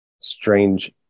strange